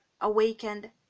awakened